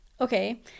okay